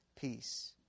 peace